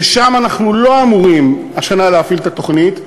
ששם אנחנו לא אמורים השנה להפעיל את התוכנית,